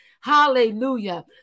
Hallelujah